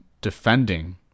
defending